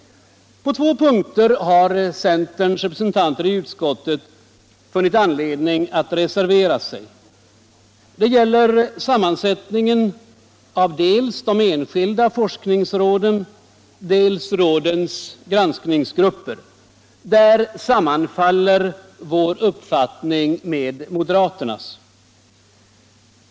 På två punkter har centerns representanter i utskottet funnit anledning att reservera sig. Det gäller sammansättningen av dels de enskilda forskningsråden, dels rådens granskningsgrupper. Där sammanfaller vår uppfattning med moderaternas.